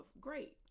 great